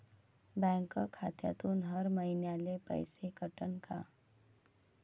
Bank खात्यातून हर महिन्याले पैसे कटन का?